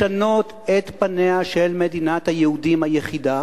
לשנות את פניה של מדינת היהודים היחידה,